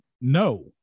no